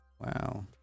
wow